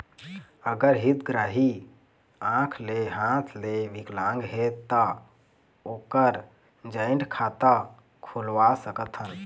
अगर हितग्राही आंख ले हाथ ले विकलांग हे ता ओकर जॉइंट खाता खुलवा सकथन?